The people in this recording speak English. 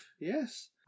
Yes